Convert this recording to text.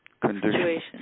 conditions